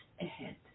ahead